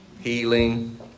Healing